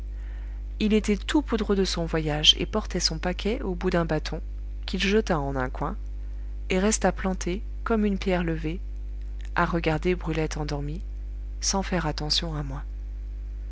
il était tout poudreux de son voyage et portait son paquet au bout d'un bâton qu'il jeta en un coin et resta planté comme une pierre levée à regarder brulette endormie sans faire attention à moi